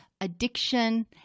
addiction